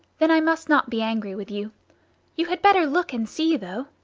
then i must not be angry with you you had better look and see, though.